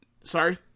Sorry